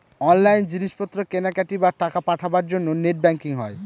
online জিনিস পত্র কেনাকাটি, বা টাকা পাঠাবার জন্য নেট ব্যাঙ্কিং হয়